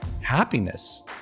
happiness